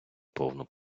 повну